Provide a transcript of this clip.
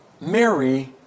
Mary